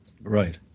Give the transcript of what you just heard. Right